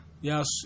Yes